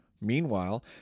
Meanwhile